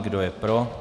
Kdo je pro?